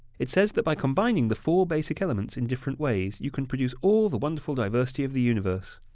it says that by combining the four basic elements in different ways, you could produce all the wonderful diversity of the universe.